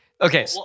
okay